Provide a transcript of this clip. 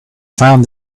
found